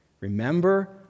Remember